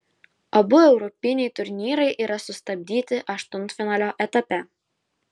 abu europiniai turnyrai yra sustabdyti aštuntfinalio etape